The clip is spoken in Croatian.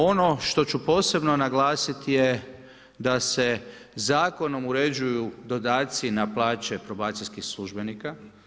Ono što ću posebno naglasiti je da se zakonom uređuju dodaci na plaće probacijskih službenika.